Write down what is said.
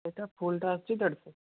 ସେଇଟା ଫୁଲ୍ଟା ଆସୁଛି ଦେଢ଼ଶହ